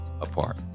apart